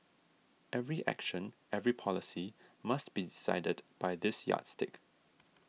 every action every policy must be decided by this yardstick